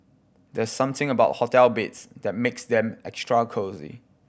there's something about hotel beds that makes them extra cosy